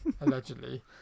allegedly